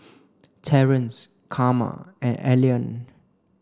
Terrence Carma and Allean